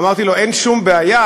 אמרתי לו: אין שום בעיה,